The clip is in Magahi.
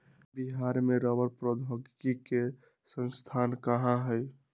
बिहार में रबड़ प्रौद्योगिकी के संस्थान कहाँ हई?